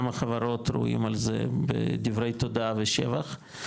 החברות ראויים על זה בדברי תודה ושבח.